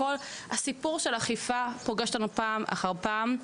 עניין האכיפה פוגש אותנו פעם אחר פעם.